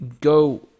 go